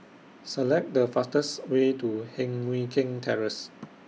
Select The fastest Way to Heng Mui Keng Terrace